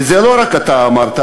ולא רק אתה אמרת.